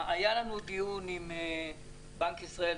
היה לנו דיון עם בנק ישראל.